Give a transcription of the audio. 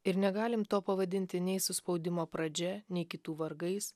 ir negalim to pavadinti nei suspaudimo pradžia nei kitų vargais